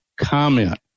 comment